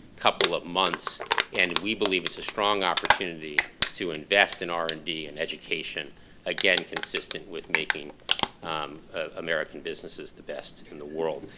couple of months and we believe it's a strong opportunity to invest in r and d and education again, consistent with making american businesses the best in the world.